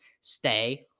stay